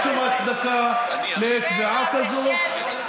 אין שום הצדקה לקביעת שעה כזאת.